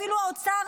אפילו האוצר,